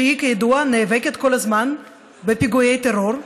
שכידוע נאבקת כל הזמן בפיגועי טרור,